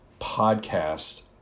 podcast